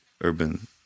urban